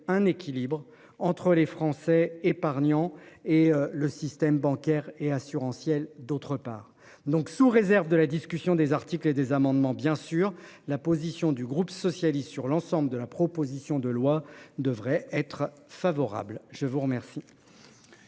un équilibre entre les Français épargnants et le système bancaire et assurantiel. D'autre part donc sous réserve de la discussion des articles et des amendements bien sûr la position du groupe socialiste sur l'ensemble de la proposition de loi devrait être favorable, je vous remercie.